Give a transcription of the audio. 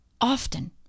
often